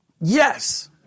Yes